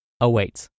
awaits